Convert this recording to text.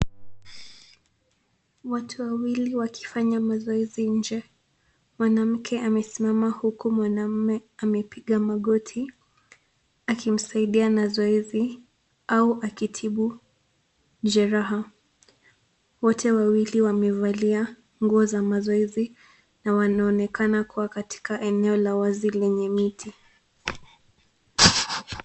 Watu wawili wakifanya mazoezi nje. Mwanamke amesimama huku mwanaume amepiga magoti akimsaidia na zoezi au akitibu jeraha. Wote wawili wamevalia nguo za mazoezi na wanaonekana kuwa katika eneo la wazi lenye miti.